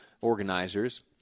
organizers